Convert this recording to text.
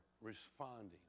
responding